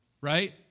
right